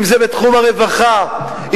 אם בתחום הרווחה,